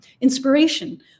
inspiration